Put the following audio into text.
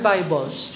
Bibles